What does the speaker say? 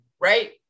right